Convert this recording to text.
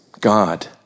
God